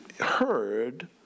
heard